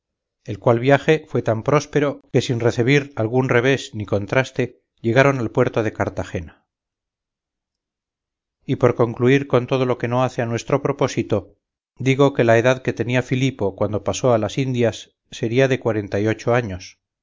el cual viaje fue tan próspero que sin recebir algún revés ni contraste llegaron al puerto de cartagena y por concluir con todo lo que no hace a nuestro propósito digo que la edad que tenía filipo cuando pasó a las indias sería de cuarenta y ocho años